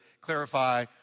clarify